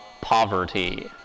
poverty